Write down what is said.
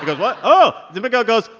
what? oh. domenico goes,